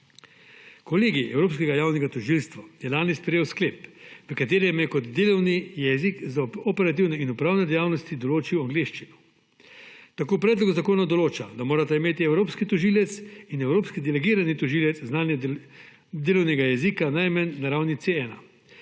Kolegij Evropskega javnega tožilstva je lani sprejel sklep, v katerem je kot delovni jezik za operativne in upravne dejavnosti določil angleščino. Tako predlog zakona določa, da morata imeti evropski tožilec in evropski delegirani tožilec znanje delovnega jezika najmanj na ravni C1